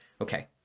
Okay